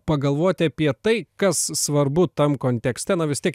pagalvoti apie tai kas svarbu tam kontekste na vis tiek